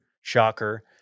shocker